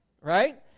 right